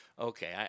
Okay